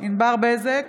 ענבר בזק,